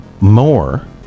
more